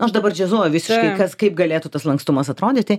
aš dabar džiazuoju visiškai kaip galėtų tas lankstumas atrodyti